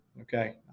okay